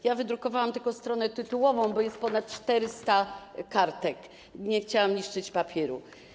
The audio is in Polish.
Ja wydrukowałam tylko stronę tytułową, bo jest ponad 400 kartek i nie chciałam niszczyć papieru.